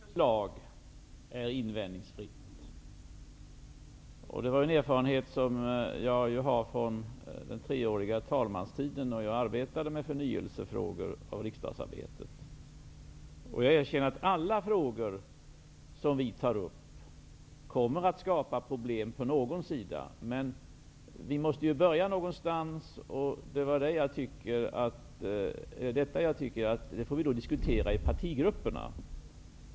Herr talman! Jag inser att inget förslag är invändningsfritt. Det är en erfarenhet som jag har från mina tre år som talman då jag arbetade med frågor om förnyelse av riksdagsarbetet. Jag erkänner att alla förslag som vi tar upp kommer att skapa problem för någon sida. Men vi måste börja någonstans. Jag tycker att man skall diskutera detta i partigrupperna.